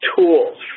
tools